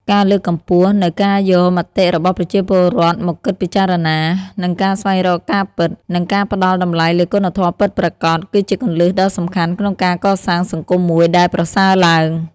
ការលើកកម្ពស់នូវការយកមតិរបស់ប្រជាពលរដ្ឋមកគិតពីចារណា និងការស្វែងរកការពិត និងការផ្ដល់តម្លៃលើគុណធម៌ពិតប្រាកដ គឺជាគន្លឹះដ៏សំខាន់ក្នុងការកសាងសង្គមមួយដែលប្រសើរឡើង។